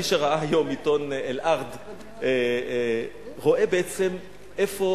מי שראה היום את העיתון "אל-ארד" רואה בעצם איפה